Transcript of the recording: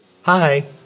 Hi